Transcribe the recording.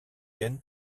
ken